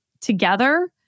together